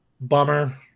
bummer